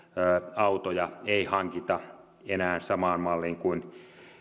autoja ei hankita enää samaan malliin kuin